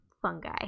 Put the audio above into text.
fungi